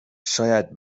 شاید